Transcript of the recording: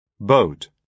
Boat